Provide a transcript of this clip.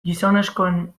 gizonezkoen